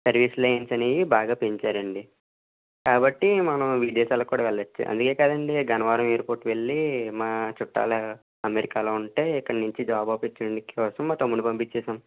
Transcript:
service lines అనేవి బాగా పెంచారండి కాబట్టి మనం విదేశాలకు కూడా వెళ్ళొచ్చు అందుకే కదండి గన్నవరం ఎయిర్పోర్ట్ వెళ్ళి మా చుట్టాలు అమెరికాలో ఉంటే ఇక్కడి నించి జాబ్ ఆపర్చునిటీ కోసం మా తమ్ముడిని పంపించేసాం